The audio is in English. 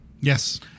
Yes